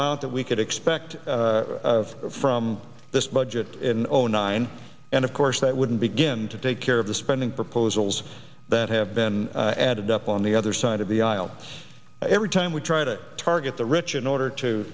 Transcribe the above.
amount that we could expect from this budget in zero nine and of course that wouldn't begin to take care of the spending proposals that have been added up on the other side of the aisle every time we try to target the rich in order to